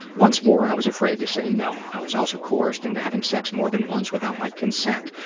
once more, i was afraid to say no. i was also coerced into having sex more than once without my consent.